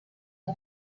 que